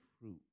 fruit